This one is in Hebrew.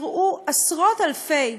עשרות-אלפי